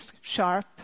sharp